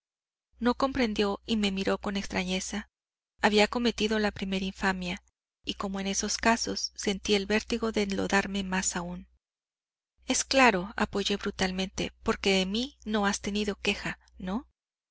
no comprendió y me miró con extrañeza había cometido la primer infamia y como en esos casos sentí el vértigo de enlodarme más aún es claro apoyé brutalmente porque de mí no has tenido queja no